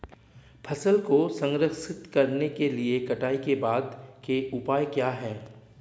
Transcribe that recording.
फसल को संरक्षित करने के लिए कटाई के बाद के उपाय क्या हैं?